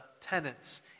tenants